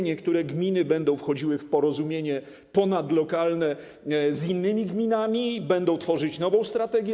Niektóre gminy będą wchodziły w porozumienie ponadlokalne z innymi gminami i będą tworzyć nową strategię.